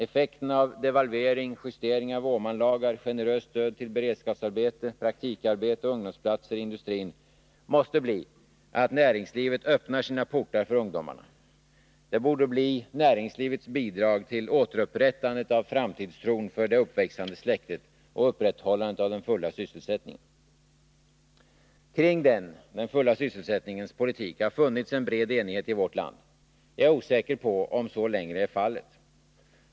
Effekten av devalvering, justering av Åmanlagarna, generöst stöd till beredskapsarbete, praktikarbete och ungdomsplatser i industrin måste bli att näringslivet öppnar sina portar för ungdomarna. Det borde bli näringslivets bidrag till återupprättandet av framtidstron för det uppväxande släktet och upprätthållande av den fulla sysselsättningen. Kring den fulla sysselsättningens politik har funnits en bred enighet i vårt land. Jag är osäker på om så längre är fallet.